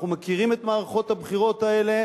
אנחנו מכירים את מערכות הבחירות האלה